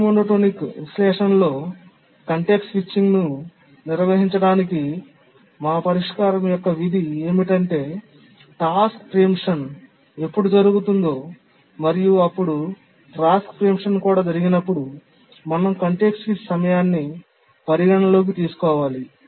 rate monotonic విశ్లేషణలో context స్విచింగ్ను నిర్వహించడానికి మా పరిష్కారం యొక్క విధి ఏమిటంటే టాస్క్ ప్రీమిప్షన్స్ ఎప్పుడు జరుగుతుందో మరియు అప్పుడు టాస్క్ ప్రీమిప్షన్ కూడా జరిగినప్పుడు మనం కాంటెక్స్ట్ స్విచ్ సమయాన్ని పరిగణనలోకి తీసుకోవాలి